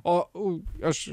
o u aš